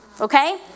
okay